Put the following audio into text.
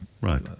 Right